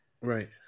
right